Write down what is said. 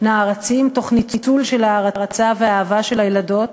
נערצים, תוך ניצול של הערצה ואהבה של הילדות,